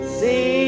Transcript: see